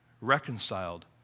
Reconciled